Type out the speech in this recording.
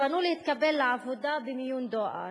שפנו להתקבל לעבודה במיון דואר,